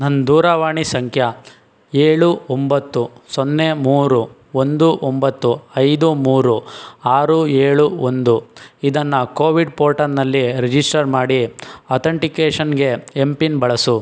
ನನ್ನ ದೂರವಾಣಿ ಸಂಖ್ಯಾ ಏಳು ಒಂಬತ್ತು ಸೊನ್ನೆ ಮೂರು ಒಂದು ಒಂಬತ್ತು ಐದು ಮೂರು ಆರು ಏಳು ಒಂದು ಇದನನು ಕೋವಿಡ್ ಪೋರ್ಟಲ್ನಲ್ಲಿ ರಿಜಿಸ್ಟರ್ ಮಾಡಿ ಅತೆಂಟಿಕೇಷನ್ಗೆ ಎಮ್ ಪಿನ್ ಬಳಸು